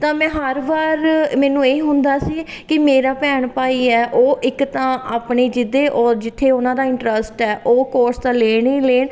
ਤਾਂ ਮੈਂ ਹਰ ਵਾਰ ਮੈਨੂੰ ਇਹੀ ਹੁੰਦਾ ਸੀ ਕਿ ਮੇਰਾ ਭੈਣ ਭਾਈ ਹੈ ਉਹ ਇੱਕ ਤਾਂ ਆਪਣੀ ਜਿਹਦੇ ਉਹ ਜਿੱਥੇ ਉਹਨਾਂ ਦਾ ਇੰਟਰਸਟ ਹੈ ਉਹ ਕੋਰਸ ਤਾਂ ਲੈਣ ਹੀ ਲੈਣ